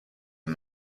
and